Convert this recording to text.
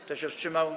Kto się wstrzymał?